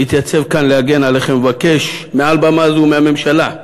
מתייצב כאן להגן עליכם ומבקש מעל במה זו מהממשלה: